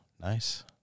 nice